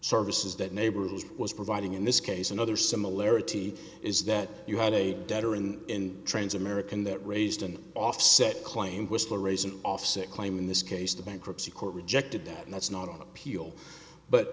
services that neighborhood's was providing in this case another similarity is that you had a debtor in trans american that raised an offset claim whistler raise an off sick claim in this case the bankruptcy court rejected that that's not on appeal but